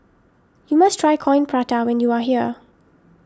you must try Coin Prata when you are here